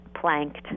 planked